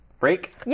Break